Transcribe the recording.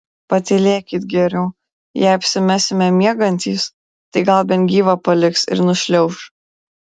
patylėkit geriau jei apsimesime miegantys tai gal bent gyvą paliks ir nušliauš